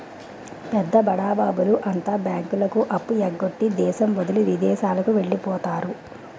పెద్ద బడాబాబుల అంతా బ్యాంకులకు అప్పు ఎగ్గొట్టి దేశం వదిలి విదేశాలకు వెళ్లిపోతారు